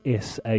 SA